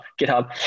GitHub